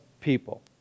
people